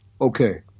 Okay